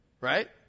Right